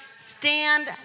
stand